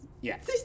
Yes